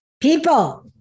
people